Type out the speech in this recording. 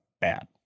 bad